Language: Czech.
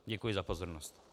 Děkuji za pozornost.